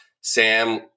Sam